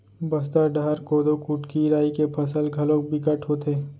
बस्तर डहर कोदो, कुटकी, राई के फसल घलोक बिकट होथे